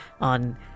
on